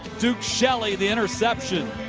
duke shelly, the interception.